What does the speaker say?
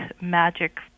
magic